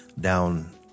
down